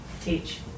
teach